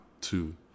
two